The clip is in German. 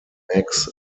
max